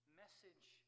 message